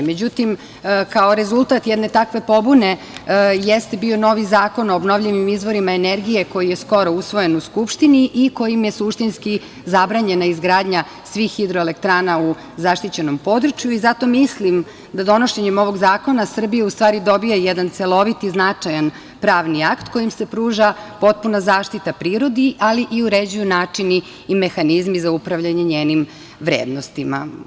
Međutim, kao rezultat jedne takve pobune jeste bio novi Zakon o obnovljivim izvorima energije koji je skoro usvojen u Skupštini i kojim je suštinski zabranjena izgradnja svih hidroelektrana u zaštićenom području i zato mislim da donošenjem ovog zakona Srbija u stvari dobija jedan celovit i značajan pravni akt kojim se pruža potpuna zaštita prirodi, ali i uređuju načini i mehanizmi za upravljanje njenim vrednostima.